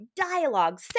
dialogue